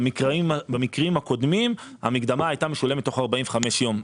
במקרים הקודמים, המקדמה הייתה משולמת תוך 45 יום.